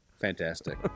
Fantastic